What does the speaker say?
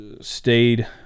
Stayed